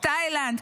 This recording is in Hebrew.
תאילנד,